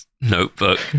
notebook